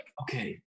okay